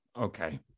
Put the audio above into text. okay